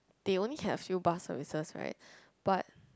they only had a few bus services right but